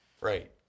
Right